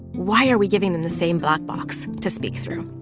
why are we giving them the same black box to speak through?